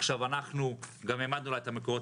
עכשיו אנחנו גם העמדנו לה את המקורות